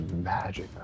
magic